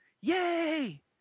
yay